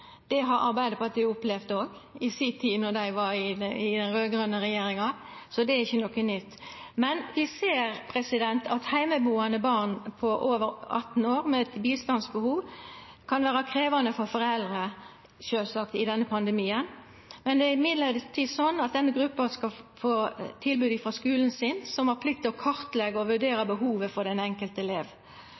Det har Arbeidarpartiet opplevt òg i si tid i den raud-grøne regjeringa. Så det er ikkje noko nytt. Vi ser at heimebuande barn over 18 år med bistandsbehov sjølvsagt kan vera krevjande for foreldra i denne pandemien. Denne gruppa skal få tilbod frå skulen sin, som har plikt til å kartleggja og vurdera behovet for den enkelte elev.